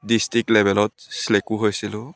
district লেভেলত চিলেক্টো হৈছিলোঁ